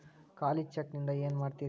ಖಾಲಿ ಚೆಕ್ ನಿಂದ ಏನ ಮಾಡ್ತಿರೇ?